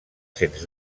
sens